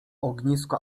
ognisko